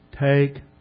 Take